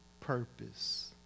purpose